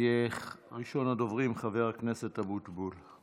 בבקשה, תהיה ראשון הדוברים, חבר הכנסת אבוטבול.